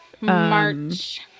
March